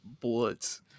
bullets